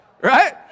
right